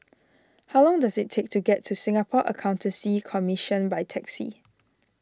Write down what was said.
how long does it take to get to Singapore Accountancy Commission by taxi